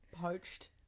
poached